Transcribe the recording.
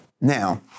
Now